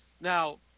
now